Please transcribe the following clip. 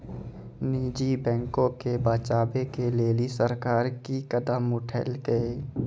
निजी बैंको के बचाबै के लेली सरकार कि कदम उठैलकै?